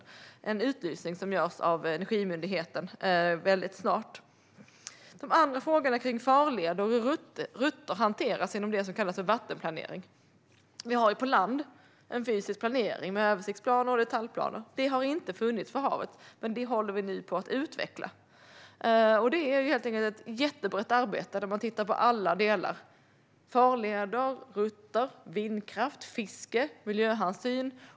Det är en utlysning som görs av Energimyndigheten väldigt snart. Jag vill också ta upp frågorna om farleder och hur rutter hanteras inom det som kallas för vattenplanering. Vi har på land en fysisk planering med översiktsplaner och detaljplaner. Detta har inte funnits för havet, men det håller vi nu på att utveckla. Det är helt enkelt ett jättebrett arbete där man tittar på alla delar, såsom farleder, rutter, vindkraft, fiske och miljöhänsyn.